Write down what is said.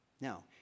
Now